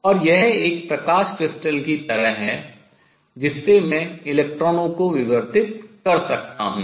और यह एक प्रकाश क्रिस्टल की तरह है जिससे मैं इलेक्ट्रॉनों को विवर्तित कर सकता हूँ